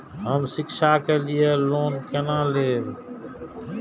हम शिक्षा के लिए लोन केना लैब?